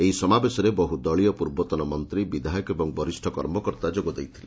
ଏହି ସମାବେଶରେ ବହୁ ଦଳୀୟ ପୂର୍ବତନ ମନ୍ତୀ ବିଧାୟକ ଏବଂ ବରିଷ କର୍ମକର୍ତା ଯୋଗ ଦେଇଥିଲେ